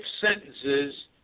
sentences